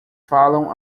falam